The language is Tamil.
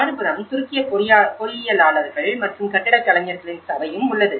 மறுபுறம் துருக்கிய பொறியியலாளர்கள் மற்றும் கட்டடக் கலைஞர்களின் சபையும் உள்ளது